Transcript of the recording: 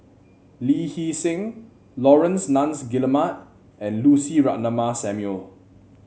Lee Hee Seng Laurence Nunns Guillemard and Lucy Ratnammah Samuel